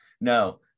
No